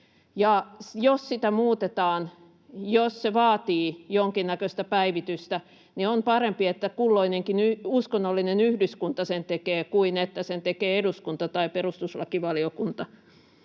jos sitä muutetaan, jos se vaatii jonkinnäköistä päivitystä, niin on parempi, että kulloinenkin uskonnollinen yhdyskunta sen tekee kuin että sen tekee eduskunta tai perustuslakivaliokunta.